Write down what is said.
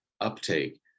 uptake